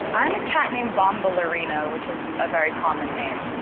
i'm a cat named bom ballerina, which is a very common name.